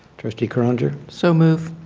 trustee croninger? so moved.